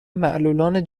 معلولان